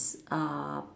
um